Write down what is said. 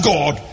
God